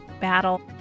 battle